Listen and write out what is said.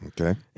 Okay